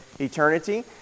eternity